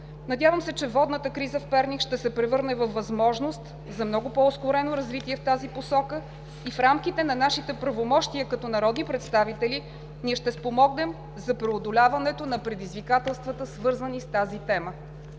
Надявам се, че водната криза в Перник ще се превърне във възможност за много по-ускорено развитие в тази посока и в рамките на нашите правомощия като народни представители ние ще спомогнем за преодоляването на предизвикателствата, свързани с тази тема.